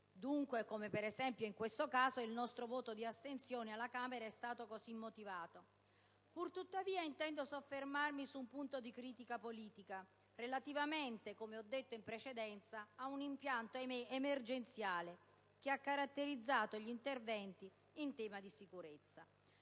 dunque, come per esempio in questo caso, il nostro voto di astensione alla Camera è stato così motivato. Pur tuttavia, intendo soffermarmi su un punto di critica politica relativamente, come ho detto in precedenza, a un impianto ahimè emergenziale che ha caratterizzato gli interventi in tema di sicurezza.